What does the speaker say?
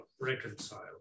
reconciled